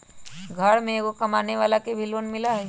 घर में एगो कमानेवाला के भी लोन मिलहई?